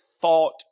thought